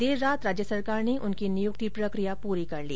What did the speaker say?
देर रात राज्य सरकार ने उनकी नियुक्ति प्रक्रिया पूरी कर ली